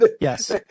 Yes